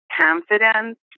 confidence